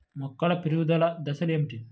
మొక్కల పెరుగుదల దశలు ఏమిటి?